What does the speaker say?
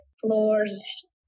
floors